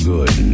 Good